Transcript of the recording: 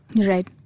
Right